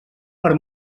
per